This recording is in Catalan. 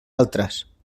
altres